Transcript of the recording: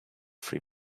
free